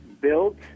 built